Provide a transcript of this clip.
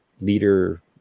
leader